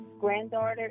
granddaughter